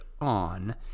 on